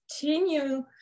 continue